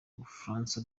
bufaransa